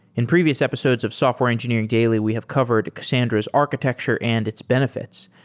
in previous episodes of software engineering daily we have covered cassandra's architecture and its benefits,